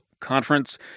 conference